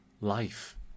life